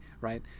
right